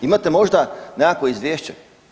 Imate možda nekakvo izvješće?